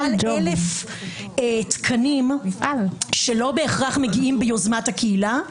מעל 1,000 תקנים שלא בהכרח מגיעים ביוזמת הקהילה,